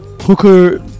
Hooker